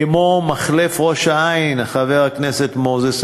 כמו מחלף ראש-העין, חבר הכנסת מוזס.